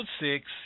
six